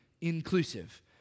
inclusive